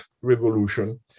revolution